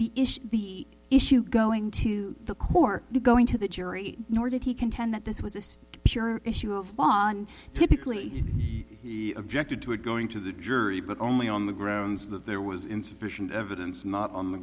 to the issue going to the court to going to the jury nor did he contend that this was a state issue of on typically he objected to it going to the jury but only on the grounds that there was insufficient evidence not on the